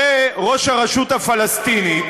הרי ראש הרשות הפלסטינית,